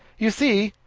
you see,